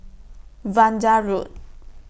Vanda Road